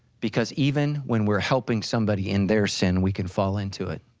because even when we're helping somebody in their sin, we can fall into it.